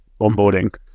onboarding